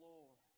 Lord